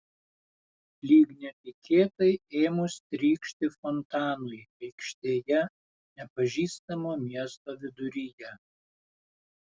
lyg netikėtai ėmus trykšti fontanui aikštėje nepažįstamo miesto viduryje